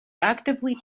actively